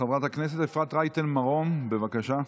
חברת הכנסת אפרת רייטן מרום, בבקשה.